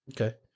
Okay